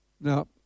Now